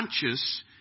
conscious